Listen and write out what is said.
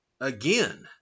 again